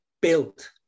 built